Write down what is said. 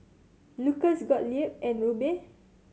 Lucas Gottlieb and Rubye